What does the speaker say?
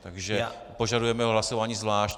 Takže požadujeme hlasování zvlášť.